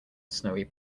snowy